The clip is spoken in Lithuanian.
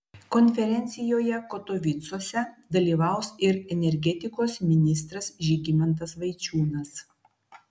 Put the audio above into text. konferencijoje katovicuose dalyvaus ir energetikos ministras žygimantas vaičiūnas